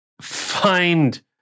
find